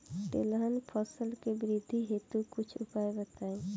तिलहन फसल के वृद्धि हेतु कुछ उपाय बताई?